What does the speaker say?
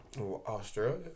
Australia